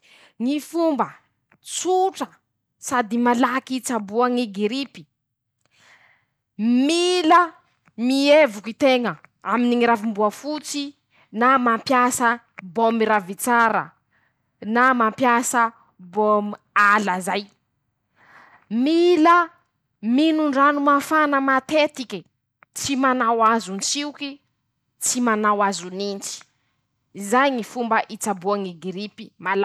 Ñy fomba tsotra, sady malaky hitsaboa ñy giripy: -Miila mievoky teña aminy ñy ravim-boafotsy na mampiasa bômy ravitsara na mampiasa bômy ala zay. -Mila minon-drano mafana matetike tsy manao azon-tsikoy, tsy manao azonintsy, zay Ñy fomba itsaboa ñy giripy.